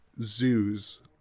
zoos